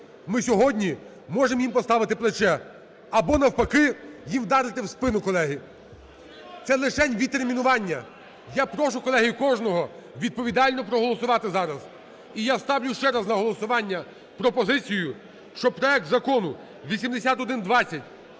Ми сьогодні можемо їм поставити плече або, навпаки, їм вдарити в спину, колеги. Це лишень відтермінування. Я прошу, колеги, кожного відповідально проголосувати зараз. І я ставлю ще раз голосування пропозицію, щоб проект закону 8120